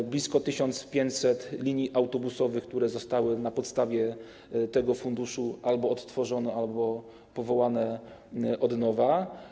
To blisko 1500 linii autobusowych, które zostały na podstawie tego funduszu albo odtworzone, albo powołane od nowa.